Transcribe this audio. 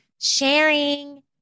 sharing